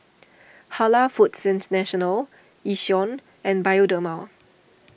Halal Foods International Yishion and Bioderma